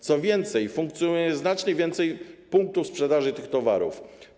Co więcej, funkcjonuje znacznie więcej punktów sprzedaży tych towarów.